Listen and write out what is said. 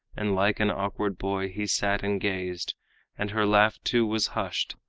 and like an awkward boy he sat and gazed and her laugh too was hushed,